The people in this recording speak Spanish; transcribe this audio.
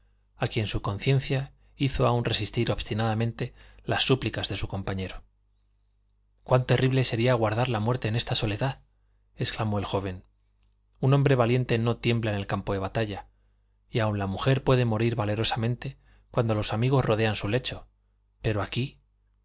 a quien su conciencia hizo aun resistir obstinadamente las súplicas de su compañero cuán terrible sería aguardar la muerte en esta soledad exclamó el joven un hombre valiente no tiembla en el campo de batalla y aun la mujer puede morir valerosamente cuando los amigos rodean su lecho pero aquí